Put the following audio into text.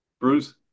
Bruce